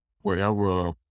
wherever